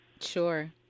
Sure